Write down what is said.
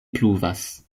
pluvas